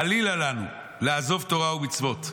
חלילה לנו לעזוב תורה ומצוות.